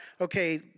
okay